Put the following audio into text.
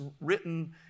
written